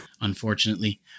Unfortunately